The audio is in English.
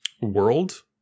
world